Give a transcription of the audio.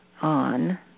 on